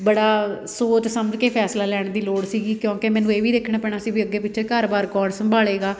ਬੜਾ ਸੋਚ ਸਮਝ ਕੇ ਫੈਸਲਾ ਲੈਣ ਦੀ ਲੋੜ ਸੀਗੀ ਕਿਉਂਕਿ ਮੈਨੂੰ ਇਹ ਵੀ ਦੇਖਣਾ ਪੈਣਾ ਸੀ ਵੀ ਅੱਗੇ ਪਿੱਛੇ ਘਰ ਬਾਰ ਕੋਣ ਸੰਭਾਲੇਗਾ